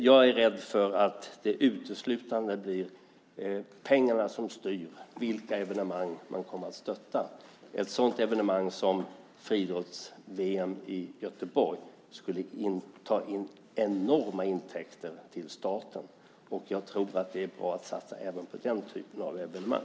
Jag är rädd att det uteslutande blir pengarna som styr vilka evenemang man kommer att stötta. Ett sådant evenemang som friidrotts-VM i Göteborg skulle inbringa enorma intäkter till staten. Jag tror att det är bra att satsa även på den typen av evenemang.